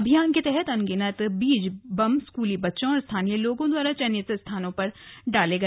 अभियान के तहत अनगिनत बीज बम स्कूली बच्चों और स्थानीय लोगों द्वारा चयनित स्थानों पर डाले गए